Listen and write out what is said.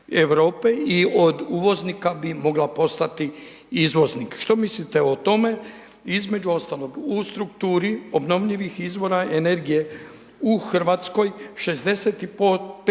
i od uvoznika bi mogla postati izvoznik. Što mislite i tome, između ostalog u strukturi obnovljivih izvora energije u Hrvatskoj, 65%